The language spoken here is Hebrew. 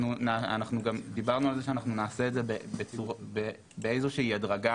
אנחנו גם דיברנו על זה שאנחנו נעשה את זה באיזושהי הדרגה